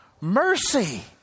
mercy